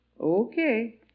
Okay